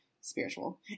spiritual